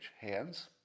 hands